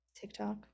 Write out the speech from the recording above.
TikTok